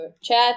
chat